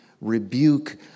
rebuke